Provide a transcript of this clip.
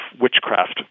witchcraft